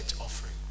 offering